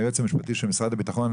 היועץ המשפטי של נכי צה"ל.